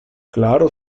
klaro